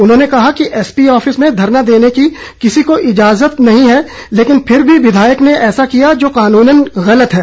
उन्होंने कहा कि एसपी ऑफिस में धरना देने की किसी को इजाजत नहीं है लेकिन फिर भी विधायक ने ऐसा किया जो कानूनन गलत है